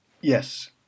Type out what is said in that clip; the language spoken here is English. Yes